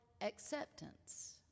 acceptance